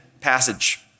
passage